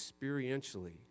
experientially